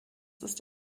ist